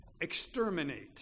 exterminate